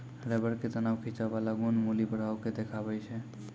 rubber के तनाव खिंचाव बाला गुण मुलीं प्रभाव के देखाबै छै